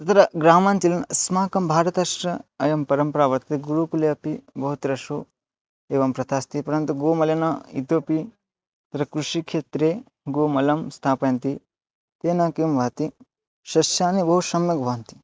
तत्र ग्रामाञ्चले अस्माकं भारतस्य इयं परम्परा वर्तते गुरुकुले अपि बहुत्र एवं प्रथा अस्ति परन्तु गोमलिनम् इतोपि तत्र कृषिक्षेत्रे गोमलं स्थापयन्ति तेन किं भवति सस्यानि बहु सम्यक् भवन्ति